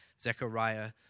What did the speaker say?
zechariah